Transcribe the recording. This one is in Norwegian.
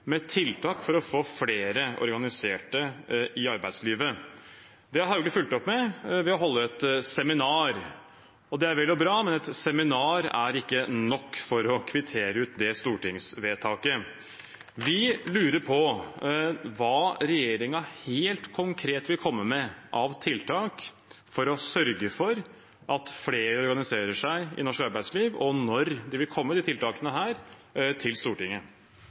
med tiltak for å få flere organiserte i arbeidslivet. Det har statsråd Hauglie fulgt opp ved å holde et seminar. Det er vel og bra, men et seminar er ikke nok for å kvittere ut det stortingsvedtaket. Vi lurer på hva regjeringen helt konkret vil komme med av tiltak for å sørge for at flere organiserer seg i norsk arbeidsliv, og når de tiltakene vil komme